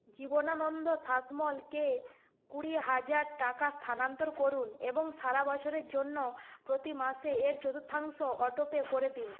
জীবনানন্দ শাসমলকে কুড়ি হাজার টাকা স্থানান্তর করুন এবং সারা বছরের জন্য প্রতি মাসে এর চতুর্থাংশ অটোপে করে দিন